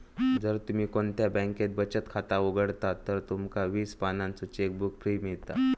जर तुम्ही कोणत्या बॅन्केत बचत खाता उघडतास तर तुमका वीस पानांचो चेकबुक फ्री मिळता